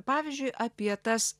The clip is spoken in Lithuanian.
pavyzdžiui apie tas